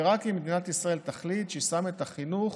ורק אם מדינת ישראל תחליט שהיא שמה את החינוך